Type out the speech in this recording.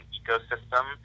ecosystem